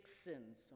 sins